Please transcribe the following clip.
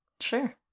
Sure